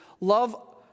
love